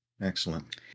Excellent